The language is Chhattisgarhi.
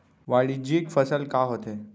वाणिज्यिक फसल का होथे?